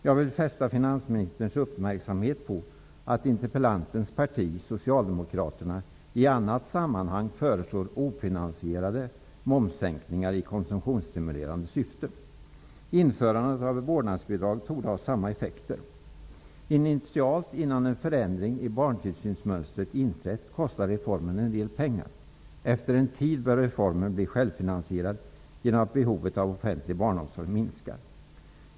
Jag vill fästa finansministerns uppmärksamhet på att interpellantens parti Socialdemokraterna i annat sammanhang föreslår ofinasierade momssänkningar i konsumtionsstimulerande syfte. Införandet av ett vårdnadsbidrag torde ha samma effekter. Innan en förändring i barntillsynsmönstret inträtt kostar reformen initialt en del pengar. Efter en tid bör reformen bli självfinansierad genom att behovet av offentlig barnomsorg minskar.